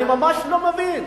אני ממש לא מבין.